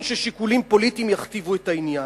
ששיקולים פוליטיים יכתיבו את העניין.